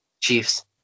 Chiefs